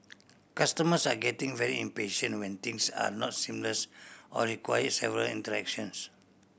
customers are getting very impatient when things are not seamless or require several interactions